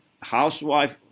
housewife